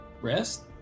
rest